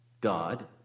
God